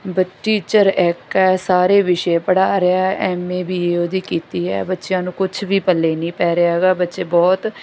teacher ਇੱਕ ਹੈ ਸਾਰੇ ਵਿਸ਼ੇ ਪੜ੍ਹਾ ਰਿਹਾ ਹੈ ਐੱਮ ਏ ਬੀ ਏ ਉਹਦੀ ਕੀਤੀ ਹੈ ਬੱਚਿਆਂ ਨੂੰ ਕੁਛ ਵੀ ਪੱਲੇ ਨਹੀਂ ਪੈ ਰਿਹਾ ਹੈਗਾ ਬੱਚੇ ਬਹੁਤ